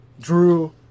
Drew